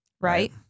Right